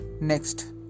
Next